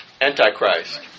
Antichrist